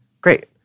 Great